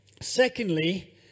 Secondly